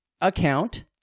account